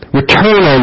Return